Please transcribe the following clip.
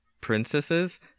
princesses